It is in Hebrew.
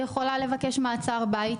היא יכולה לבקש מעצר בית,